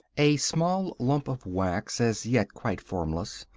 a small lump of wax, as yet quite formless,